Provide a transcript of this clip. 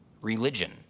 religion